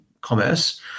commerce